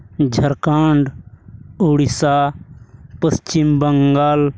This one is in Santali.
ᱡᱷᱟᱲᱠᱷᱚᱸᱰ ᱩᱲᱤᱥᱥᱟ ᱯᱚᱥᱪᱤᱢ ᱵᱟᱝᱜᱟᱞ